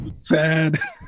sad